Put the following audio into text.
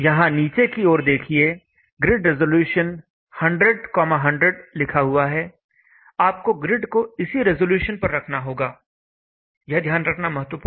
यहां नीचे की ओर देखिए ग्रिड रेज़लुशन 100 100 लिखा हुआ है आपको ग्रिड को इसी रेज़लुशन पर रखना होगा यह ध्यान रखना महत्वपूर्ण है